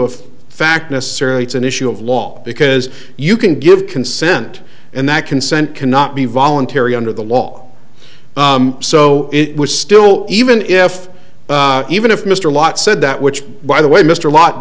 of fact necessarily it's an issue of law because you can give consent and that consent cannot be voluntary under the law so it was still even if even if mr lott said that which by the way mr lot